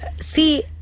See